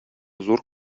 зур